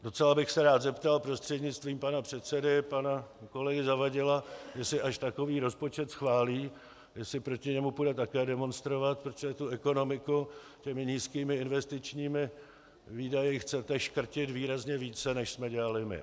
Docela bych se rád zeptal prostřednictvím pana předsedy pana kolegy Zavadila, jestli až takový rozpočet schválí, proti němu půjde také demonstrovat, protože tu ekonomiku těmi nízkými investičními výdaji chcete škrtit výrazně více, než jsme dělali my.